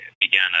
began